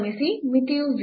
ಕ್ಷಮಿಸಿ ಮಿತಿಯು 0